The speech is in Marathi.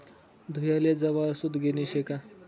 धुयाले जवाहर सूतगिरणी शे का